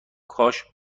کاش